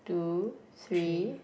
two three